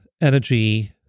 energy